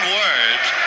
words